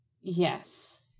Yes